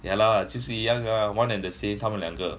yeah lah 就是一样 ah one and the same 他们两个